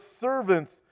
servants